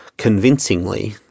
convincingly